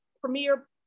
premier